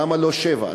למה לא שבעה?